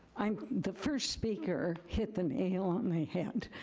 um the first speaker hit the nail on the head.